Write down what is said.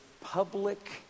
public